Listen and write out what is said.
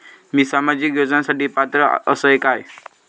मी सामाजिक योजनांसाठी पात्र असय काय?